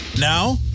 Now